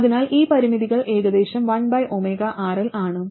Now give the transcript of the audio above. അതിനാൽ ഈ പരിമിതികൾ ഏകദേശം 1RL ആണ്